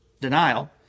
denial